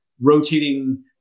rotating